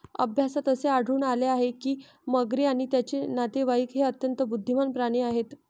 अभ्यासात असे आढळून आले आहे की मगरी आणि त्यांचे नातेवाईक हे अत्यंत बुद्धिमान प्राणी आहेत